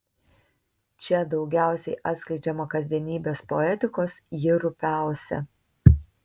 čia daugiausiai atskleidžiama kasdienybės poetikos ji rupiausia